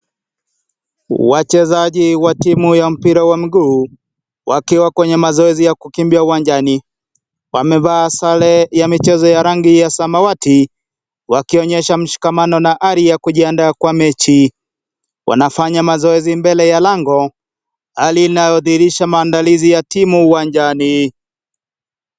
Wachezaji wa timu ya mpira wa mguu wakiwa kwenye mazoezi ya kukimbia uwanjani. Wamevaa sare ya mchezo ya rangi ya samawati wakionyesha mshikamano na hali ya kujiandaa kwa mechi. Wanafanya mazoezi mbele ya lango. Hali inayodhihirisha maandalizi ya timu uwanjani.